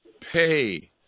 pay